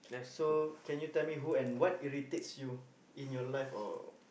so can you tell me who and what irritates you in your life or